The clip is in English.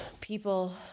people